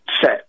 set